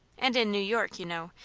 and in new york, you know,